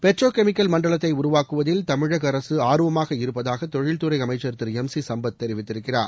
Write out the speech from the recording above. Pedro chemical மண்டலத்தை உருவாக்குவதில் தமிழக அரசு ஆர்வமாக இருப்பதாக தொழில்துறை அமைச்சர் திரு எம் சி சும்பத் தெரிவித்திருக்கிறார்